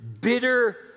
bitter